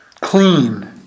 clean